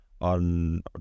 on